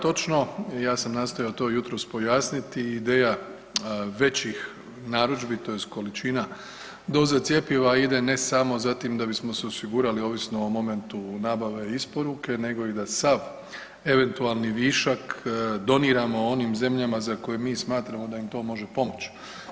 Točno ja sam nastojao to jutros pojasniti, ideja većih narudžbi tj. količina doza cjepiva ide ne samo za tim da bismo se osigurali ovisno o momentu nabave i isporuke nego i da sav eventualni višak doniramo onim zemljama za koje mi smatramo da im to može pomoći.